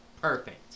Perfect